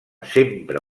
sempre